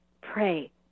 pray